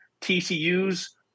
TCU's